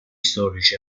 storici